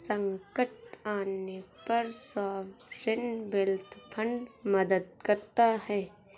संकट आने पर सॉवरेन वेल्थ फंड मदद करता है